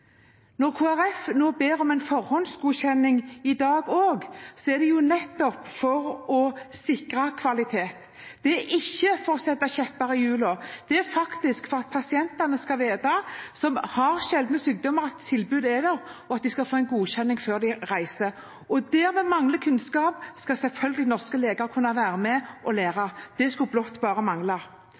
Når Kristelig Folkeparti nå ber om en forhåndsgodkjenning i dag også, er det nettopp for å sikre kvalitet. Det er ikke for å stikke kjepper i hjulene. Det er faktisk for at pasienter med sjeldne sykdommer skal vite at tilbudet er der, og at de skal få en godkjenning før de reiser. Der vi mangler kunnskap, skal selvfølgelig norske leger kunne være med og lære. Det skulle bare mangle.